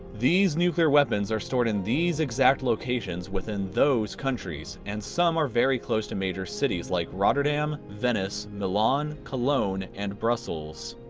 these nuclear weapons are stored in these exact locations within those countries, and some are very close to major cities, like rotterdam, venice, milan, cologne and brussels.